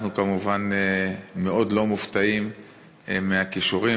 אנחנו כמובן מאוד לא מופתעים מהכישורים,